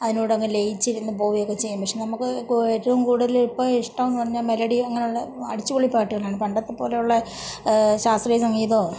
അതിനോടങ്ങ് ലയിച്ചിരുന്നു പോകുകയൊക്കെ ചെയ്യും പക്ഷേ നമുക്ക് കൊ ഏറ്റവും കൂടുതൽ ഇപ്പോൾ ഇഷ്ടമെന്നു പറഞ്ഞാൽ മെലഡിയും അങ്ങനെയുള്ള അടിച്ചു പൊളിപ്പാട്ടുകളാണ് പണ്ടത്തെപ്പോലെയുള്ള ശാസ്ത്രീയ സംഗീതോ